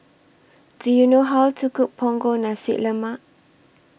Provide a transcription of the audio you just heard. Do YOU know How to Cook Punggol Nasi Lemak